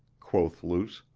quoth luce,